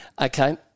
Okay